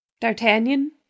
D'Artagnan